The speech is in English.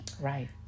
Right